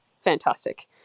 fantastic